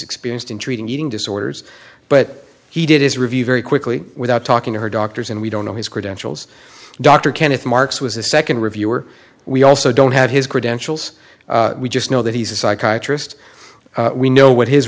experienced in treating eating disorders but he did his review very quickly without talking to her doctors and we don't know his credentials dr kenneth marx was a nd reviewer we also don't have his credentials we just know that he's a psychiatrist we know what his